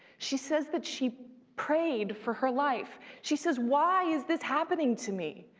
she says that she prayed for her life. she says, why is this happening to me?